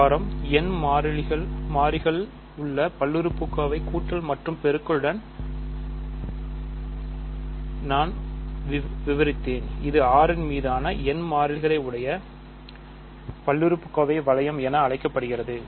n மாறிகளில் உள்ள பல்லுறுப்புக்கோவைகள் கூட்டல் மற்றும் பெருக்கலுடன் நான் சுருக்கமாக விவரித்தேன்இது "R ன் மீதான n மாறிகளில் உடைய பல்லுறுப்புக்கோவையை வளையம்" என்று அழைக்கப்படுகிறது